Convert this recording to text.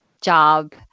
job